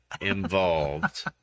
involved